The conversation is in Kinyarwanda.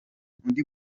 undi